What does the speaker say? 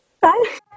Bye